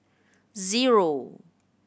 zero